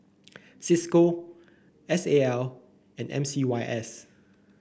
Cisco S A L and M C Y S